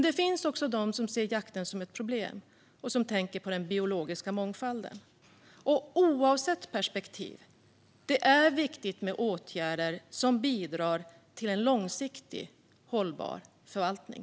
Det finns också de som ser jakten som ett problem och tänker på den biologiska mångfalden. Oavsett perspektiv är det viktigt med åtgärder som bidrar till en långsiktigt hållbar förvaltning.